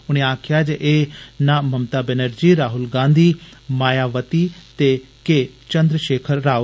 उनें आक्खेआ जे एह् न ममता बैनर्जी राहुल गांधी मायावती ते के चन्द्रषेखर राओ